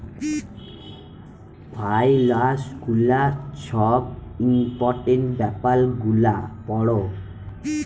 ফাইলালস গুলা ছব ইম্পর্টেলট ব্যাপার গুলা পড়ে